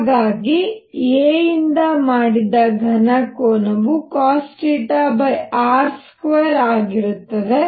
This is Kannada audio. ಹಾಗಾಗಿ a ಇಂದ ಮಾಡಿದ ಘನ ಕೋನವು cosθr2ಆಗಿರುತ್ತದೆ